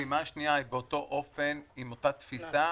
הפעימה השנייה היא באותו אופן עם אותה תפיסה,